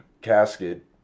casket